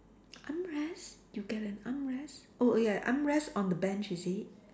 armrest you get an armrest oh ya armrest on the bench is it